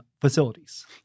facilities